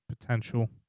Potential